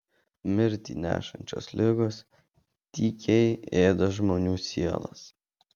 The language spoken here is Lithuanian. mirtį nešančios ligos tykiai ėda žmonių sielas